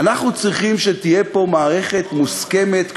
אנחנו צריכים שתהיה פה מערכת מוסכמת,